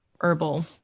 herbal